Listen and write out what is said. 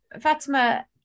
Fatima